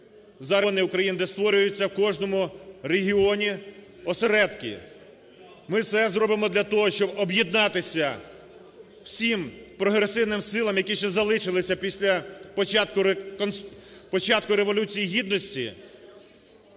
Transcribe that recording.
регіони України, де створюються у кожному регіоні осередки. Ми все зробимо для того, щоб об'єднатися всім прогресивним силам, які ще залишилися після початку Революції Гідності,